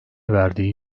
verdiği